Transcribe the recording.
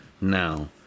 now